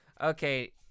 Okay